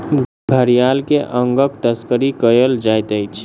घड़ियाल के अंगक तस्करी कयल जाइत अछि